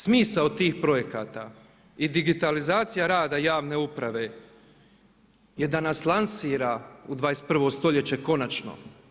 Smisao tih projekata i digitalizacija rada javne uprave je da nas lansira u 21. stoljeće konačno.